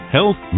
Health